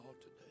today